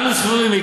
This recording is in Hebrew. אנו סבורים,